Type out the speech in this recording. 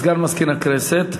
הודעה לסגן מזכיר הכנסת.